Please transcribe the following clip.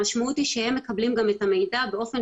המשמעות היא שהם מקבלים גם את המידע באופן